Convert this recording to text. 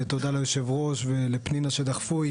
ותודה ליושב הראש ולפנינה שדחפו,